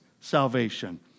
salvation